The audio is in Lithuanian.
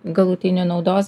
galutinio naudos